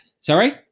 Sorry